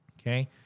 okay